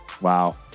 Wow